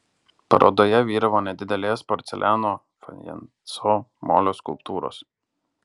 parodoje vyravo nedidelės porceliano fajanso molio skulptūros